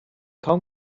kaum